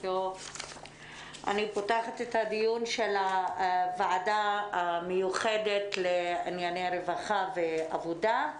אני פותחת את הדיון של הוועדה המיוחדת לענייני רווחה ועבודה.